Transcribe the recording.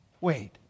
wait